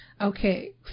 Okay